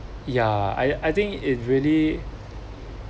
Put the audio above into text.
ya I I think it really